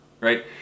right